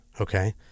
Okay